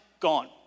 gone